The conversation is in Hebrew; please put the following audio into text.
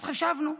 אז חשבנו.